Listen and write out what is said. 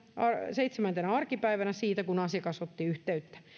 seitsemäntenä arkipäivänä siitä kun asiakas otti yhteyttä